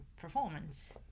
performance